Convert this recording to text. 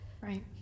Right